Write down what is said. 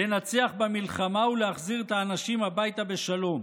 לנצח במלחמה ולהחזיר את האנשים הביתה בשלום.